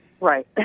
Right